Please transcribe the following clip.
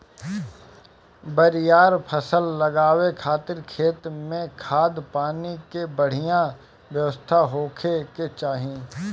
बरियार फसल लगावे खातिर खेत में खाद, पानी के बढ़िया व्यवस्था होखे के चाही